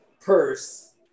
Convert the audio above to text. purse